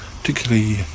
particularly